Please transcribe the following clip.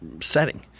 setting